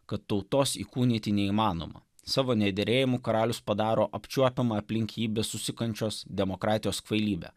kad tautos įkūnyti neįmanoma savo neįderėjimu karalius padaro apčiuopiamą aplinkybės susikančios demokratijos kvailybę